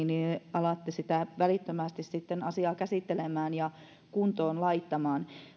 alatte välittömästi asiaa käsittelemään ja kuntoon laittamaan